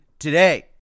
today